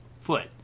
foot